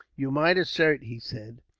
you might assert, he said,